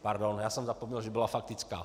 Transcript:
Pardon, já jsem zapomněl, že byla faktická.